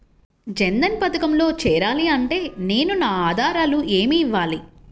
జన్ధన్ పథకంలో చేరాలి అంటే నేను నా ఆధారాలు ఏమి ఇవ్వాలి?